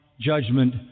judgment